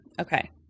Okay